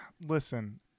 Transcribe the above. listen